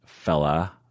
fella